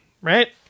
Right